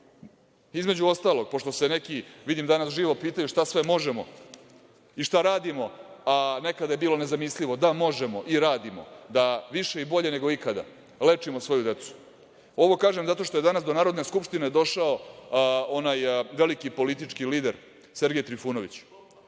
Između ostalog, pošto se neki, vidim danas, živo pitaju šta sve možemo i šta radimo, nekada je bilo nezamislivo. Da, možemo i radimo, da više i bolje nego ikada lečimo svoju decu. Ovo kažem zato što je danas do Narodne skupštine došao onaj veliki politički lider Sergej Trifunović.